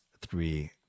three